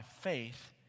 faith